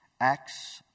Acts